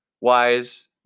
wise